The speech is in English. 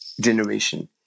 generation